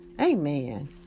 amen